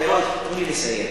תנו לי לסיים.